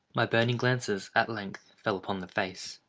my burning glances at length fell upon the face.